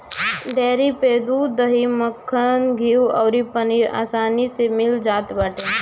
dairy पे दूध, दही, मक्खन, घीव अउरी पनीर अब आसानी में मिल जात बाटे